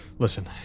Listen